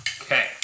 Okay